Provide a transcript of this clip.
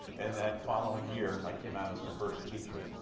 and that following year i came out as the first teacher.